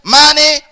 money